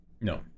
No